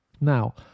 Now